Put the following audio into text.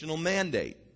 mandate